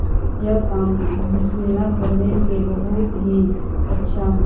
یہ کام بسم اللہ کرنے سے بہت ہی اچھا